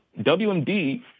WMD